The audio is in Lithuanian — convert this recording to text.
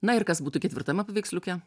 na ir kas būtų ketvirtame paveiksliuke